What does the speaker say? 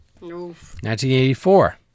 1984